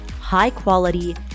high-quality